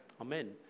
Amen